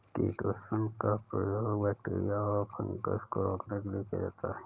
chitosan का प्रयोग bacteria और फँगस को रोकने के लिए किया जा रहा है